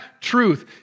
truth